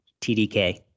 TDK